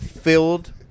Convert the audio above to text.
filled